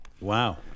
Wow